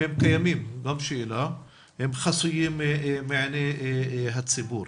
אם כן קיימים, גם שאלה, הם חסויים מעיניי הציבור.